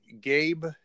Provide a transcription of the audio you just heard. Gabe